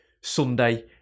Sunday